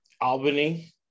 Albany